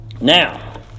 Now